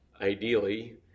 ideally